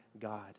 God